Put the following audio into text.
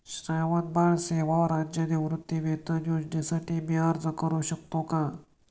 श्रावणबाळ सेवा राज्य निवृत्तीवेतन योजनेसाठी मी अर्ज करू शकतो का?